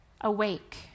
awake